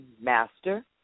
master